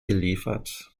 geliefert